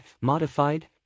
modified